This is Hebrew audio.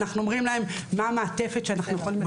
אנחנו אומרים להם מה המעטפת שאנחנו יכולים לתת להם.